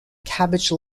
cabbage